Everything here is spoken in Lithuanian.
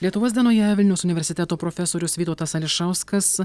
lietuvos dienoje vilniaus universiteto profesorius vytautas ališauskas